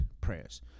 prayers